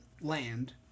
land